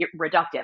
reductive